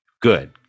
good